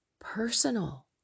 personal